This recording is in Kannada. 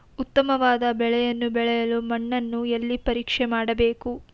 ಉತ್ತಮವಾದ ಬೆಳೆಯನ್ನು ಬೆಳೆಯಲು ಮಣ್ಣನ್ನು ಎಲ್ಲಿ ಪರೀಕ್ಷೆ ಮಾಡಬೇಕು?